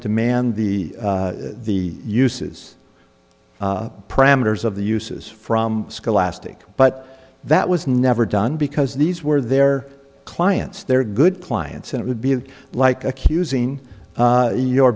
demand the the uses parameters of the uses from scholastic but that was never done because these were their clients their good clients and it would be like accusing your